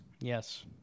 Yes